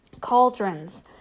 Cauldrons